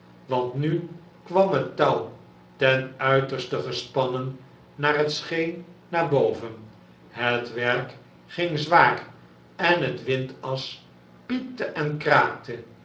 want nu kwam het touw ten uiterste gespannen naar het scheen naar boven het werk ging zwaar en het windas piepte en kraakte